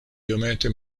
iomete